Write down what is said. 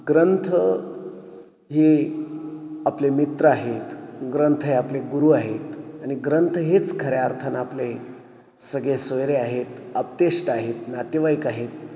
ग्रंथ हे आपले मित्र आहेत ग्रंथ हे आपले गुरु आहेत आणि ग्रंथ हेच खऱ्या अर्थानं आपले सगेसोयरे आहेत आप्तेष्ट आहेत नातेवाईक आहेत